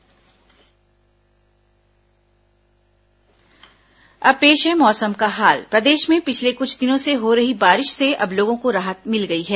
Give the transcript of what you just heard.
मौसम और अब पेश है मौसम का हाल प्रदेश में पिछले कुछ दिनों से हो रही बारिश से अब लोगों को राहत मिल गई है